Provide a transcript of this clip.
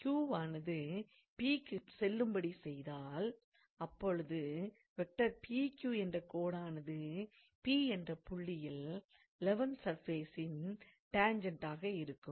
Q வானது P க்கு செல்லும் படி செய்தால் அப்பொழுது என்ற கோடானது P என்ற புள்ளியில் லெவல் சர்ஃபேசின் டாண்ஜெண்ட்டாக இருக்கும்